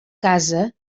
casa